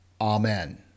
Amen